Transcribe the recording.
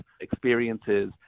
experiences